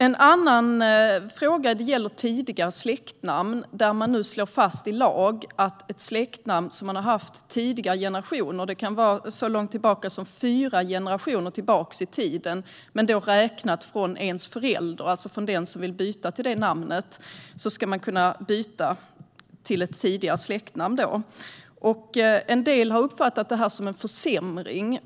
En annan fråga gäller tidigare släktnamn, där man nu slår fast i lag att man ska kunna byta till ett släktnamn som har funnits i tidigare generationer, och det kan vara så långt tillbaka i tiden som fyra generationer räknat från den som vill byta till det namnet. En del har uppfattat detta som en försämring.